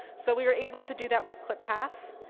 so we were able to do that with clippath.